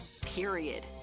period